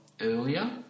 earlier